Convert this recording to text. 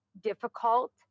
difficult